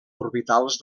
orbitals